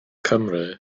cymru